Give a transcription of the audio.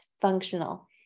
functional